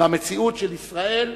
במציאות של ישראל,